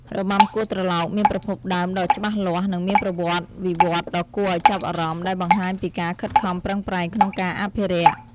របាំគោះត្រឡោក មានប្រភពដើមដ៏ច្បាស់លាស់ និងមានប្រវត្តិវិវត្តន៍ដ៏គួរឱ្យចាប់អារម្មណ៍ ដែលបង្ហាញពីការខិតខំប្រឹងប្រែងក្នុងការអភិរក្ស។